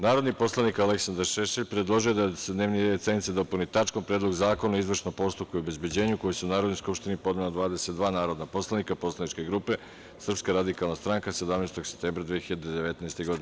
Narodni poslanik Aleksandar Šešelj predložio je da se dnevni red sednice dopuni tačkom - Predlog zakona o izvršnom postupku i obezbeđenju, koji su Narodnoj skupštini ponela 22 narodna poslanika poslaničke grupe Srpska radikalna stranka, 17. septembra 2019. godine.